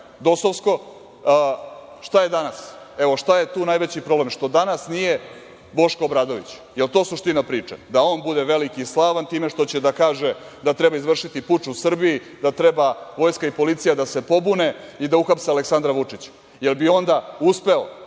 dosovsko, šta je danas? Evo, šta je tu najveći problem - što danas nije Boško Obradović. Jel to suština priče? Da on bude veliki i slavan time što će da kaže da treba izvršiti puč u Srbiji, da treba Vojska i policija da se pobune i da uhapse Aleksandra Vučića. Jel bi onda uspeo